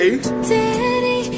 Daddy